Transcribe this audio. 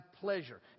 pleasure